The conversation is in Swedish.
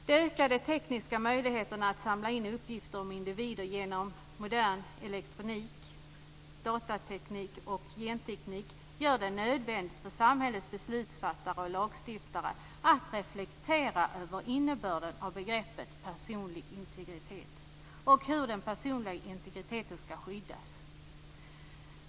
De ökade tekniska möjligheterna att samla in uppgifter om individer genom modern elektronik, datateknik och genteknik gör det nödvändigt för samhällets beslutsfattare och lagstiftare att reflektera över innebörden av begreppet personlig integritet och hur den personliga integriteten skall skyddas.